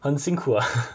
很辛苦 ah